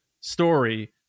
story